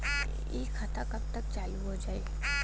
इ खाता कब तक चालू हो जाई?